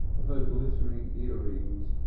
of her glittering earrings,